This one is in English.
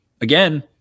again